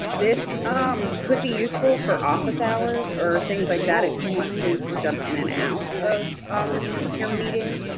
this could be useful for office hours or things like that if you want students to jump in and out of your meeting,